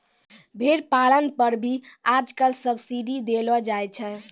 भेड़ पालन पर भी आजकल सब्सीडी देलो जाय छै